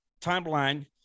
timeline